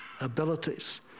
abilities